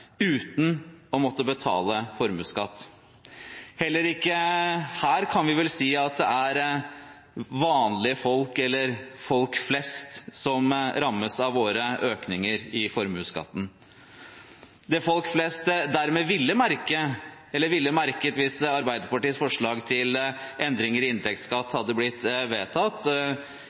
uten å måtte betale formuesskatt, gitt at de ikke har annen formue i tillegg. Heller ikke her kan vi si at det er vanlige folk eller folk flest som rammes av våre økninger i formuesskatten. Det folk flest dermed ville merket hvis Arbeiderpartiets forslag til endringer i inntektsskatt hadde blitt vedtatt,